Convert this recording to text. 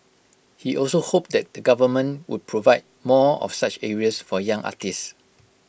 he also hoped that the government would provide more of such areas for young artists